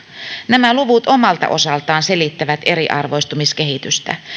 nämä luvut omalta osaltaan selittävät eriarvoistumiskehitystä